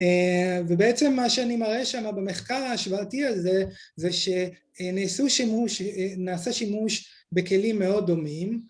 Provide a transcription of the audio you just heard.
ובעצם מה שאני מראה שם במחקר ההשוואתי הזה זה שנעשה שימוש בכלים מאוד דומים